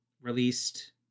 released